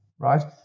right